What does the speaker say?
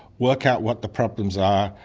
work out what the problems are,